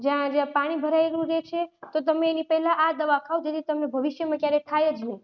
જ્યાં જ્યાં પાણી ભરયેલું રહે છે તો તમે એની પહેલાં આ દવા ખાઓ જેથી તમને ભવિષ્યમાં ક્યારેય થાય જ નહીં